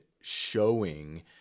showing